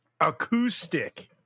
Acoustic